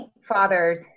fathers